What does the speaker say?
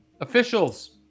officials